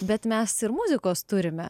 bet mes ir muzikos turime